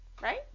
right